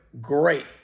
great